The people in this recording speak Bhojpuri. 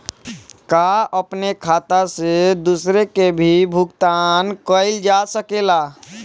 का अपने खाता से दूसरे के भी भुगतान कइल जा सके ला?